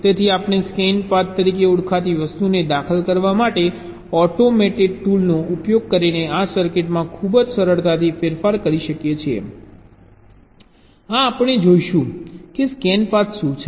તેથી આપણે scan path તરીકે ઓળખાતી વસ્તુને દાખલ કરવા માટે ઓટોમેટેડ ટૂલ નો ઉપયોગ કરીને આ સર્કિટમાં ખૂબ જ સરળતાથી ફેરફાર કરી શકીએ છીએ આ આપણે જોઈશું કે સ્કેન પાથ શું છે